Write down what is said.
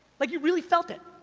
like you really felt it?